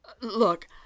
Look